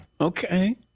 Okay